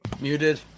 Muted